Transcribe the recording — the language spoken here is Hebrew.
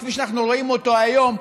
כפי שאנחנו רואים היום,